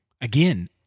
Again